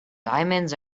diamonds